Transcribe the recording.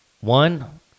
One